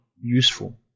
useful